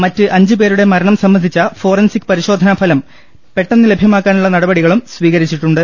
മറ്റ് അഞ്ച് പേരുടെ മരണം സംബന്ധിച്ച ഫോറൻസീക് പരിശോധന ഫലം പെട്ടെന്ന് ലഭ്യമാക്കാനുള്ള നടപടികളും സ്വീകരിച്ചിട്ടുണ്ട്